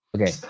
okay